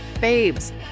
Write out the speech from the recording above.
Babes